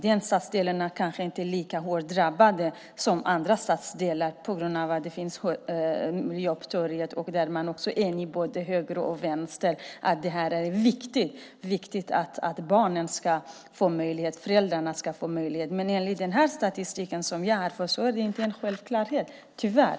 Den stadsdelen är kanske inte lika hårt drabbad som andra stadsdelar på grund av att Jobbtorget finns, och där är man också enig till både höger och vänster om att det är viktigt att barnen och föräldrarna ska få möjligheter. Men enligt den statistik som jag har är det ingen självklarhet, tyvärr.